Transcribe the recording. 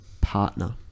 partner